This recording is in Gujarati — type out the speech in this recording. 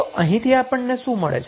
તો અહીંથી આપણને શુ મળે છે